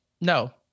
No